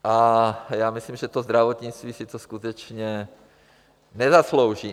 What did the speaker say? A já myslím, že to zdravotnictví si to skutečně nezaslouží.